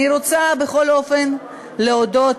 אני רוצה בכל אופן להודות